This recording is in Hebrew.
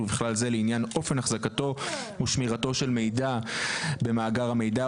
ובכלל זה לעניין אופן החזקתו ושמירתו של מידע במאגר המידע,